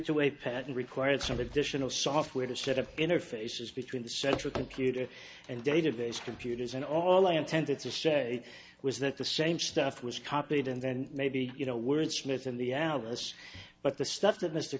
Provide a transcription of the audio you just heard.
to a patent requires some additional software to set up interfaces between the central computer and database computers and all i intended to say was that the same stuff was copied and then maybe you know word smith in the alice but the stuff that mr